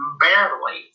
barely